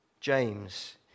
James